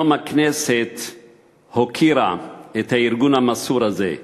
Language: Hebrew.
היום הכנסת הוקירה את הארגון המסור הזה.